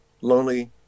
lonely